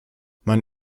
mein